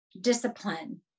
discipline